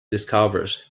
discovers